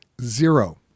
Zero